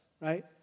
right